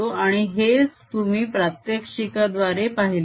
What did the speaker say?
आणि हेच तुम्ही प्रात्यक्षिकाद्वारे पाहिले आहे